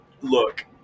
look